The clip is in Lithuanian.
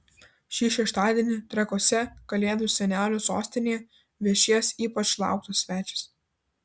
šį šeštadienį trakuose kalėdų senelių sostinėje viešės ypač lauktas svečias